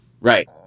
Right